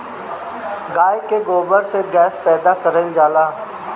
गाय के गोबर से गैस पैदा कइल जाला